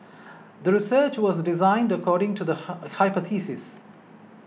the research was designed according to the hypothesis